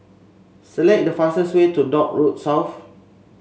select the fastest way to Dock Road South